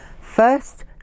First